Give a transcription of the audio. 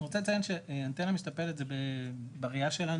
אני רוצה לציין שאנטנה משתפלת בראייה שלנו